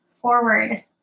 forward